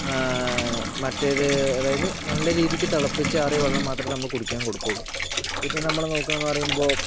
മറ്റേത് അതായത് നല്ല രീതിക്ക് തിളപ്പിച്ചാറിയ വെള്ളം മാത്രമേ നമ്മൾ കുടിക്കാൻ കൊടുക്കോള്ളൂ പിന്നെ നമ്മൾ നോക്കുക പറയുമ്പോൾ